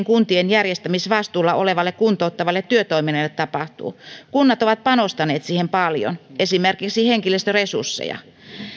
kuntien järjestämisvastuulla olevalle kuntouttavalle työtoiminnalle tapahtuu kunnat ovat panostaneet siihen paljon esimerkiksi henkilöstöresursseja